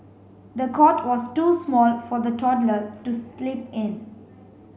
the cot was too small for the toddler to sleep in